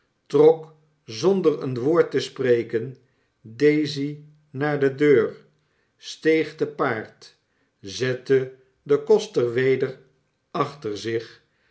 trok zonder een woord te spreken daisy naar de deur steeg te paard zette den koster weder achter zich